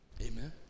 Amen